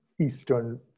Eastern